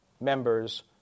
members